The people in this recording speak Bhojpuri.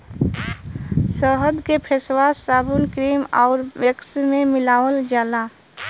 शहद के फेसवाश, साबुन, क्रीम आउर वैक्स में मिलावल जाला